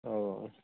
ହଉ